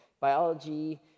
biology